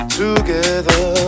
together